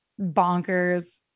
bonkers